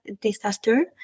disaster